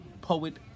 Poet